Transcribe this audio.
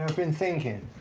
been thinking.